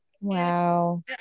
Wow